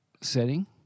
setting